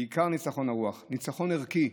בעיקר ניצחון הרוח, ניצחון ערכי,